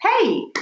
hey